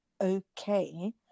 okay